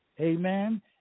Amen